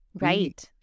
Right